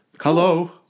Hello